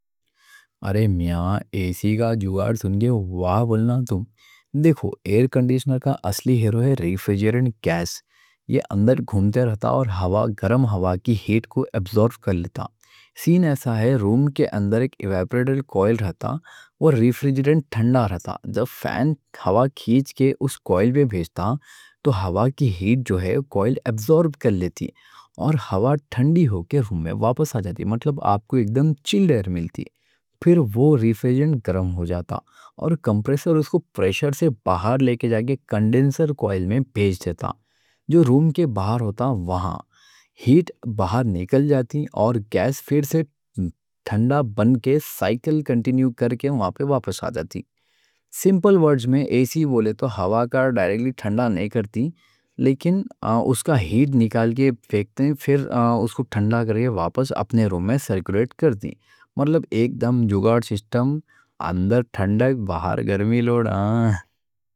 ارے میاں، اے سی کا جگاڑ سُن کے واہ بولنا تم۔ دیکھو، ایئر کنڈیشنر کا اصلی ہیرو ہے ریفریجرنٹ گیس۔ یہ اندر گھومتا رہتا اور گرم ہوا کی ہیٹ کو ابزورب کر لیتا۔ سین ایسا ہے، روم کے اندر ایک ایواپوریٹر کوئل رہتا، وہ ریفریجرنٹ ٹھنڈا رہتا۔ جب فین ہوا کھیچ کے اُس کوئل میں بھیجتا تو کوئل ہوا کی ہیٹ ابزورب کر لیتی۔ اور ہوا ٹھنڈی ہو کے روم میں واپس آ جاتی، مطلب آپ کو ایک دم چِلڈ ایئر ملتی۔ پھر وہ ریفریجرنٹ گرم ہو جاتا اور کمپریسر اُس کو پریشر سے باہر لے کے جا کے کنڈینسر کوئل میں بھیج دیتا جو روم کے باہر ہوتا۔ وہاں ہیٹ باہر نکل جاتی اور گیس پھر سے ٹھنڈا بن کے سائیکل کنٹینیو کر کے واپس آ جاتی۔ سمپل ورڈز میں، اے سی بولے تو ہوا کو ڈائریکٹلی ٹھنڈا نہیں کرتی، لیکن اس کا ہیٹ نکال کے پھیکتے ہیں۔ پھر اُس کو ٹھنڈا کر کے واپس اپنے روم میں سرکولیٹ کرتی۔ مطلب ایک دم جگاڑ، سسٹم اندر ٹھنڈک، باہر گرمی لوڈ ہے۔